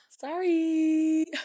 Sorry